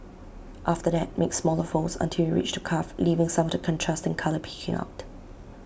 after that make smaller folds until you reach the cuff leaving some of the contrasting colour peeking out